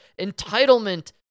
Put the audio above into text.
entitlement